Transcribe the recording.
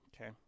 Okay